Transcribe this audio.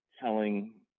telling